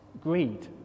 greed